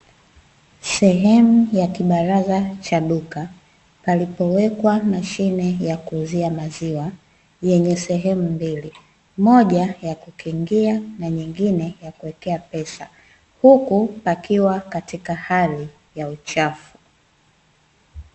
Sehemu ya kibaraza cha duka palipowekwa mashine ya kuuzia maziwa, yenye sehemu mbili moja ya kukingia na nyingine ya kuwekea pesa, huku pakiwa katika hali ya uchafu.